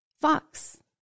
Fox